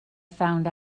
found